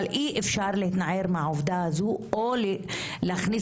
אבל אי אפשר להתנער מהעובדה הזו או להכניס